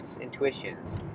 intuitions